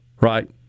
Right